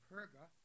Perga